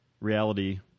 reality